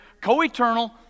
co-eternal